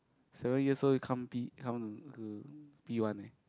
seven years old you come P come to P one eh